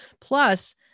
Plus